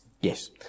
Yes